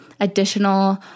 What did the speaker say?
Additional